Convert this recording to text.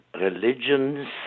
religions